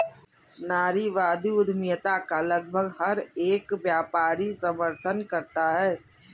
नारीवादी उद्यमिता का लगभग हर एक व्यापारी समर्थन करता है